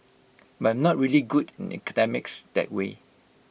but I'm not really good in academics that way